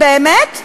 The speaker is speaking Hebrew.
תל-אביב, באמת?